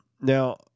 Now